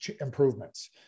improvements